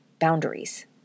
boundaries